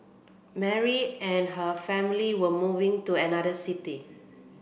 Mary and her family were moving to another city